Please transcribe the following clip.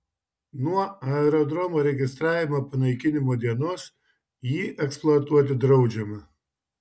nuo aerodromo registravimo panaikinimo dienos jį eksploatuoti draudžiama